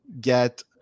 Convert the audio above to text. get